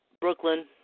Brooklyn